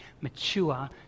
mature